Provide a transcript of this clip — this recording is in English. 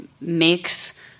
makes